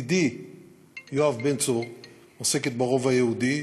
יואב בן צור עוסקת ברובע היהודי,